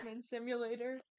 Simulator